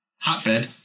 hotbed